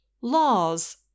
laws